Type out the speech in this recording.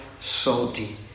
salty